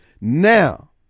now